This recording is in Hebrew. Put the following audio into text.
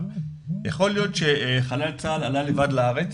יכול להיות שחלל צה"ל עלה לבד לארץ,